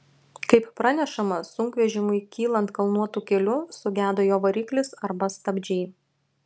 kaip pranešama sunkvežimiui kylant kalnuotu keliu sugedo jo variklis arba stabdžiai